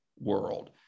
world